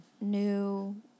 new